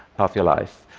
half your life.